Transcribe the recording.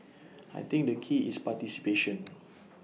I think the key is participation